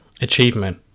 achievement